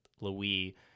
louis